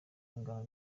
ingano